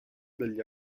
dagli